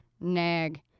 Nag